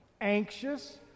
anxious